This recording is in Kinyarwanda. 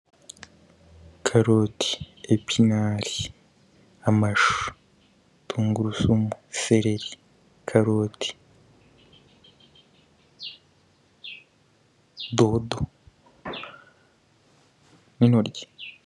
Karoti, epinari, amashu, tungurusumu, sereri, karoti, dodo n'intoryi.